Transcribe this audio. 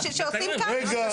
רגע.